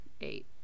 eight